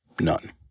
none